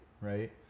right